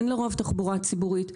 אין לרוב תחבורה ציבורית.